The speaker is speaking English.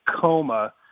coma